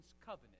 covenant